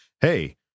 hey